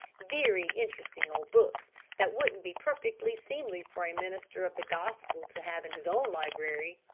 very interesting old books that wouldn't be perfectly seemly for a minister of the gospel to have in his own library.